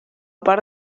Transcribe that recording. part